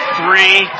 three